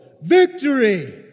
victory